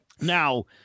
Now